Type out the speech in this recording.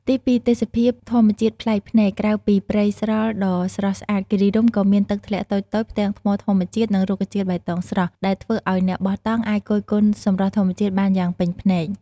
ទីពីរ ទេសភាពធម្មជាតិប្លែកភ្នែក ក្រៅពីព្រៃស្រល់ដ៏ស្រស់ស្អាត គិរីរម្យក៏មានទឹកធ្លាក់តូចៗ ផ្ទាំងថ្មធម្មជាតិ និងរុក្ខជាតិបៃតងស្រស់ ដែលធ្វើឲ្យអ្នកបោះតង់អាចគយគន់សម្រស់ធម្មជាតិបានយ៉ាងពេញភ្នែក។